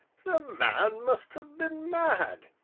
the man must have been mad.